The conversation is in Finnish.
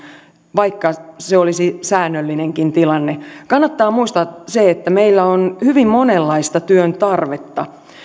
vaikka se olisi säännöllinenkin tilanne kannattaa muistaa se että meillä on hyvin monenlaista työn tarvetta